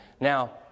Now